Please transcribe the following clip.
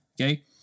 Okay